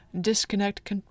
disconnect